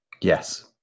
Yes